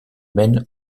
mène